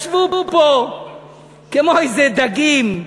ישבו פה כמו איזה דגים,